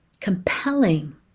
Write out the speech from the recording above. compelling